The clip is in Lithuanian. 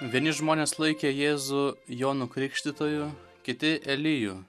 vieni žmonės laikė jėzų jonu krikštytoju kiti eliju